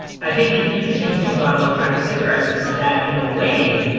i think the interesting thing about electronic cigarettes is that, in a way,